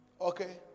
Okay